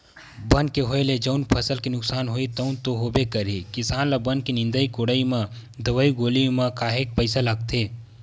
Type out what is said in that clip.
बन के होय ले जउन फसल के नुकसान होही तउन तो होबे करही किसान ल बन के निंदई कोड़ई म दवई गोली म काहेक पइसा लागथे